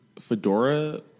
Fedora